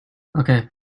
okay